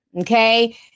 okay